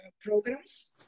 programs